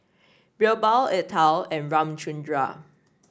BirbaL Atal and Ramchundra